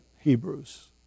Hebrews